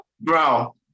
bro